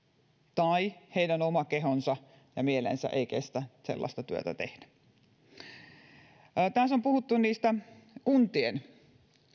tai heidän oma kehonsa ja mielensä eivät kestä sellaista työtä tehdä tässä on puhuttu kuntien